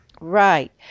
Right